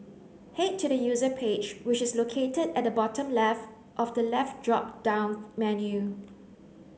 head to the User page which is located at the bottom left of the left drop down menu